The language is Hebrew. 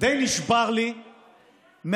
די נשבר לי מהבדיחה